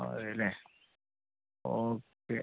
അതെ അല്ലെ ഓക്കെ